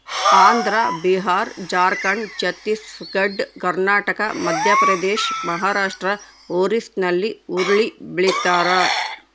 Andhra Bihar Jharkhand Chhattisgarh Karnataka Madhya Pradesh Maharashtra ಒರಿಸ್ಸಾಲ್ಲಿ ಹುರುಳಿ ಬೆಳಿತಾರ